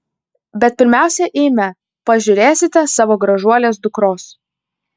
bet pirmiausia eime pažiūrėsite savo gražuolės dukros